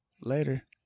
Later